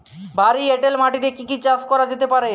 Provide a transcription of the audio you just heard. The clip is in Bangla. ভারী এঁটেল মাটিতে কি কি চাষ করা যেতে পারে?